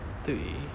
对